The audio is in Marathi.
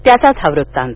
त्याचा हा वृत्तात